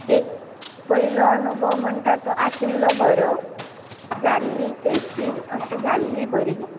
एक पयलो अनुभव म्हणटा तो आशिल्लो बरो जाल्ली टेश्टी अशी जाल्ली बरी